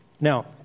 Now